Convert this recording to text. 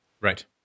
Right